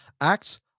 act